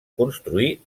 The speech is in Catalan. construir